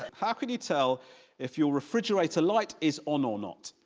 how can you tell if your refrigerator light is on or not?